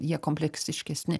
jie kompleksiškesni